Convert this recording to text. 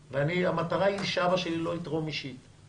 המטרה היא שאבא שלי לא יתרום אישית אלא